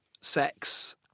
sex